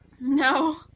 No